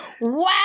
Wow